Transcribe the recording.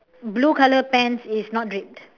blue colour pants is not draped